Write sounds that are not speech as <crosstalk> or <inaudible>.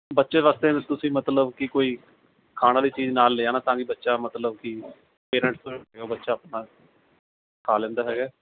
ਬੱਚੇ ਵਾਸਤੇ ਤੁਸੀਂ ਮਤਲਬ ਕਿ ਕੋਈ ਖਾਣ ਵਾਲੀ ਚੀਜ਼ ਨਾਲ ਲੈ ਆਉਣਾ ਤਾਂ ਕਿ ਬੱਚਾ ਮਤਲਬ ਕਿ ਪੇਰੈਂਟਸ <unintelligible> ਬੱਚਾ ਆਪਣਾ ਖਾ ਲੈਂਦਾ ਹੈਗਾ